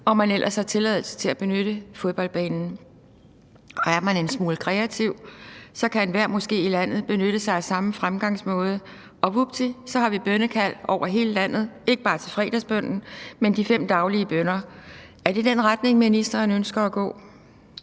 og man ellers har tilladelse til at benytte fodboldbanen. Og er man en smule kreativ, kan enhver i landet måske benytte sig af samme fremgangsmåde, og vupti, har vi bønnekald over hele landet, ikke bare til fredagsbønnen, men de fem daglige bønner. Er det i den retning, ministeren ønsker at gå?